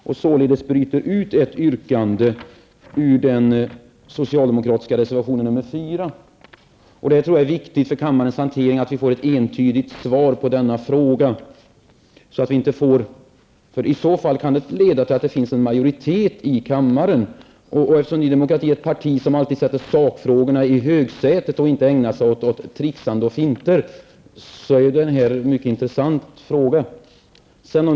Detta innebär ett utbrytande av en del av yrkandet i den socialdemokratiska reservationen nr 4. Jag tror att det är viktigt för kammarens handläggning att vi får ett entydigt svar på denna fråga. Det kan i så fall leda till att vi får en majoritet i kammaren. Eftersom Ny Demokrati är ett parti som alltid sätter sakfrågorna i högsätet och inte ägnar sig åt trixande och finter, är detta en mycket intressant fråga.